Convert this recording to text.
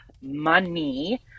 money